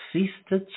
Sister